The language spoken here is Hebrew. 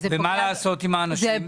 ומה לעשות עם האנשים?